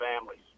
families